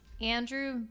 Andrew